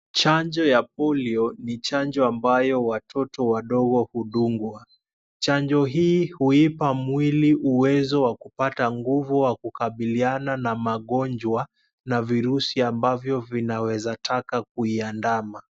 Chanjo ya polio ni chanjo ambayo watoto wadogo hudungwa. Chanjo hii huipa mwili uwezo wa kupata nguvu wa kukabiliana na magonjwa na virusi ambavyo vinaweza taka kuiandama.